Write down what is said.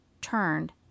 turned